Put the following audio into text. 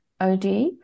OD